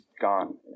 gone